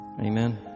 Amen